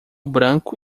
branco